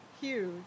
Huge